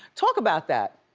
talk about that.